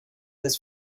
this